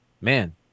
man